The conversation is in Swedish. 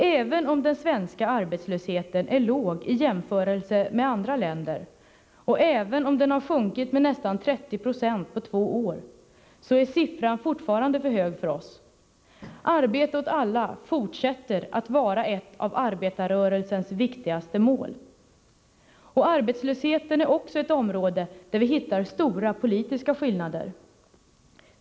Även om den svenska arbetslösheten är låg i jämförelse med andra länders, och även om den har sjunkit med nästan 30 26 på två år, så är siffran fortfarande för hög för oss. Arbete åt alla fortsätter att vara ett av arbetarrörelsens viktigaste mål. Arbetslösheten är också ett område där vi hittar stora politiska skillnader.